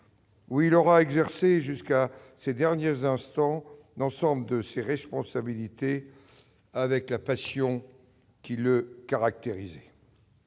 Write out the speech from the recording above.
où il aura exercé, jusqu'à ses derniers instants, l'ensemble de ses responsabilités avec la passion qui le caractérisait.